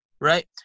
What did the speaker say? right